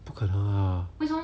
不可能啊